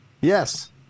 Yes